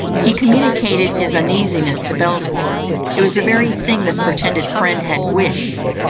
he communicated his uneasiness to belcour it was the very thing this pretended friend had wished.